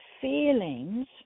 feelings